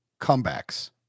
comebacks